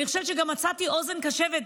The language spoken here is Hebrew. אני חושבת שמצאתי אוזן קשבת,